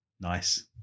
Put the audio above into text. Nice